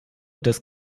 des